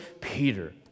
Peter